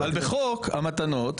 בחוק המתנות כתוב,